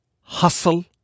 hustle